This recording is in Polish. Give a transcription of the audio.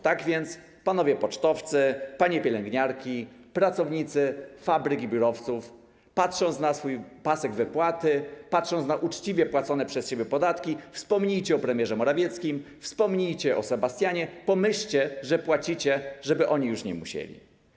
Tak więc panowie pocztowcy, panie pielęgniarki, pracownicy fabryk i biurowców, patrząc na swój pasek wypłaty, patrząc na uczciwie płacone przez siebie podatki, wspomnijcie o premierze Morawieckim, wspomnijcie o Sebastianie, pomyślcie, że płacicie, żeby oni już nie musieli.